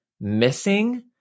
missing